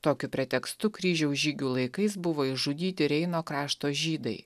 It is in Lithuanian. tokiu pretekstu kryžiaus žygių laikais buvo išžudyti reino krašto žydai